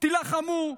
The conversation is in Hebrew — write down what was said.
תילחמו,